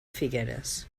figueres